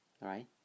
right